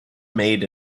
made